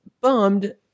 bummed